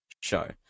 show